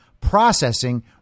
processing